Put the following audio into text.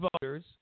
voters